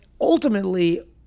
ultimately